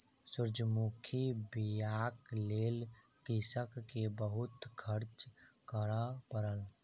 सूरजमुखी बीयाक लेल कृषक के बहुत खर्च करअ पड़ल